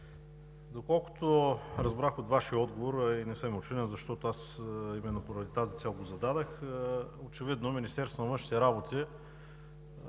Доколкото разбрах от Вашия отговор, а и не съм учуден, защото именно поради тази цел го зададох, очевидно е, че Министерството на външните работи